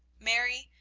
mary,